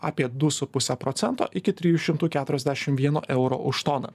apie du su puse procento iki trijų šimtų keturiasdešim vieno euro už toną